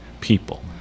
people